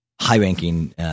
high-ranking